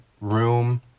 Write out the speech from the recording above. room